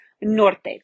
Norte